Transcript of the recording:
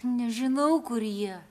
nežinau kur jie